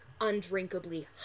undrinkably